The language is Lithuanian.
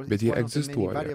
bet jie egzistuoja